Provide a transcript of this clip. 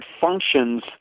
functions